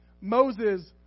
Moses